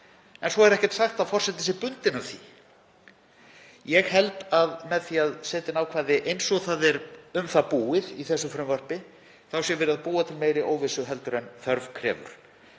en svo er ekkert sagt að forseti sé bundinn af því. Ég held að með því að setja inn ákvæði eins og um það er búið í þessu frumvarpi sé verið að búa til meiri óvissu en þörf krefur.